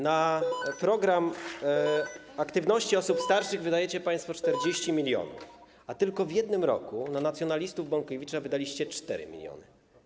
Na program aktywności osób starszych wydajecie państwo 40 mln, a tylko w 1 roku na nacjonalistów Bąkiewicza wydaliście 4 mln.